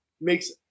makes